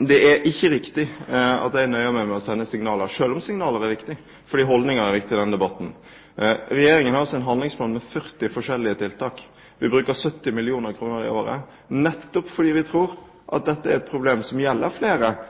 Det er ikke riktig at jeg nøyer meg med å sende signaler, selv om signaler er viktige fordi holdninger er viktige i denne debatten. Regjeringen har i sin handlingsplan 40 forskjellige tiltak. Vi bruker 70 mill. kr i året på dette nettopp fordi vi tror at dette er et problem som gjelder flere